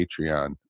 Patreon